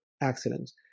accidents